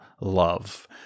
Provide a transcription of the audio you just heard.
love